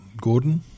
Gordon